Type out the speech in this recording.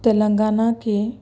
تلنگانہ کے